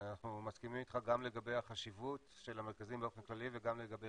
אנחנו מסכימים איתך גם לגבי החשיבות של המרכזים באופן כללי וגם לגבי